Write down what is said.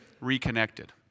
reconnected